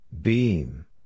Beam